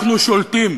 אנחנו שולטים.